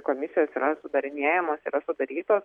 komisijos yra sudarinėjamos yra sudarytos